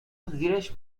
زیرش